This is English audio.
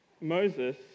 Moses